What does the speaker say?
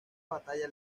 batalla